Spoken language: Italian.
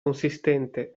consistente